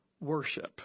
worship